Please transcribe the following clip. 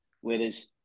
Whereas